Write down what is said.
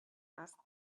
asked